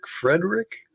Frederick